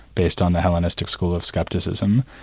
based on the hellenistic school scepticism.